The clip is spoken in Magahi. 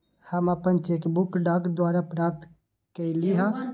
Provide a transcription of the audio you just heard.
हम अपन चेक बुक डाक द्वारा प्राप्त कईली ह